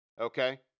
Okay